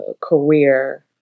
career